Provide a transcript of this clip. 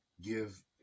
give